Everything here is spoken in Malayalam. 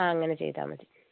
ആ അങ്ങനെ ചെയ്താൽ മതി